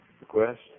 request